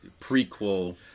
prequel